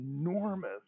enormous